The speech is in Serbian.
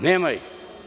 Nema ih.